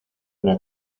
una